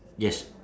yes